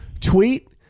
Tweet